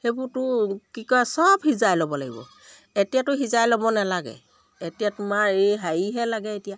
সেইবোৰতো কি কয় চব সিজাই ল'ব লাগিব এতিয়াতো সিজাই ল'ব নালাগে এতিয়া তোমাৰ এই হেৰিহে লাগে এতিয়া